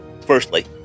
firstly